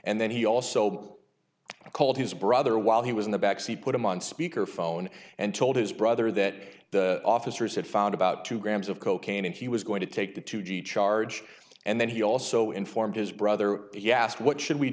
and then he also i called his brother while he was in the backseat put him on speakerphone and told his brother that the officers had found about two grams of cocaine and he was going to take the two g charge and then he also informed his brother he asked what should we